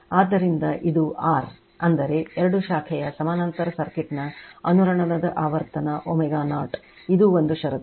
ಆದ್ದರಿಂದ ಇದು r ಅಂದರೆ ಎರಡು ಶಾಖೆಯ ಸಮಾನಾಂತರ ಸರ್ಕ್ಯೂಟ್ನ ಅನುರಣನ ಆವರ್ತನ ω0 ಇದು ಒಂದು ಷರತ್ತು